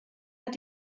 hat